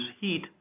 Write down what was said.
heat